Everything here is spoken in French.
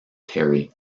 terry